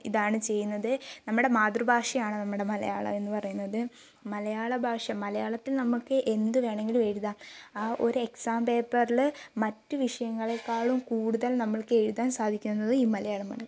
ഇതാണ് ചെയ്യുന്നത് നമ്മുടെ മാതൃഭാഷയാണ് നമ്മുടെ മലയാളം എന്നുപറയുന്നത് മലയാള ഭാഷ മലയാളത്തിൽ നമുക്ക് എന്തുവേണമെങ്കിലും എഴുതാം ആ ഒരു എക്സാം പേപ്പറിൽ മറ്റു വിഷയങ്ങളേക്കാളും കൂടുതൽ നമ്മൾക്ക് എഴുതാൻ സാധിക്കുന്നത് ഈ മലയാളമാണ്